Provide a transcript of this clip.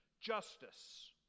Justice